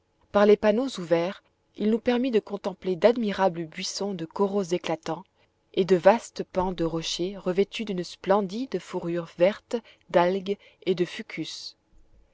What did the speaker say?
par les panneaux ouverts il nous permit de contempler d'admirables buissons de coraux éclatants et de vastes pans de rochers revêtus d'une splendide fourrure verte d'algues et de fucus